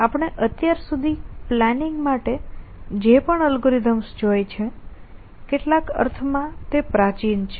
આપણે અત્યાર સુધી પ્લાનિંગ માટે જે પણ અલ્ગોરિધમ્સ જોઈ છે કેટલાક અર્થમાં તે પ્રાચીન છે